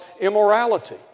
immorality